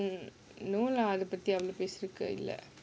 I mean no lah